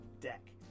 deck